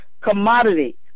commodity